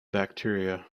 bacteria